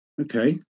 Okay